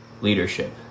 leadership